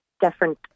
different